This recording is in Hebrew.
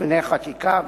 מתיקוני חקיקה,